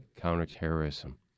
counterterrorism